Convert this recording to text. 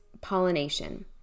pollination